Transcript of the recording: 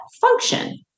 function